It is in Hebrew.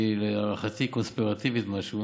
להערכתי היא קונספירטיבית-משהו,